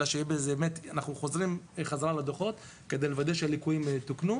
אלא אנחנו חוזרים חזרה לדוחות כדי לוודאי שהליקויים תוקנו.